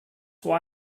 why